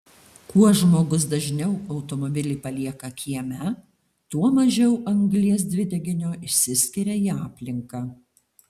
kuo žmogus dažniau automobilį palieka kieme tuo mažiau anglies dvideginio išsiskiria į aplinką